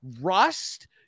Rust